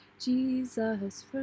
Jesus